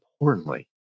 importantly